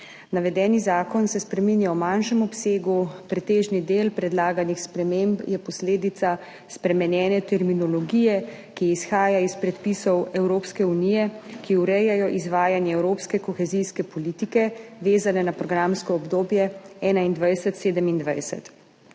Navedeni zakon se spreminja v manjšem obsegu. Pretežni del predlaganih sprememb je posledica spremenjene terminologije, ki izhaja iz predpisov Evropske unije, ki urejajo izvajanje evropske kohezijske politike, vezane na programsko obdobje 2021–2027.